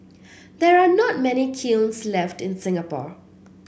there are not many kilns left in Singapore